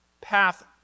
path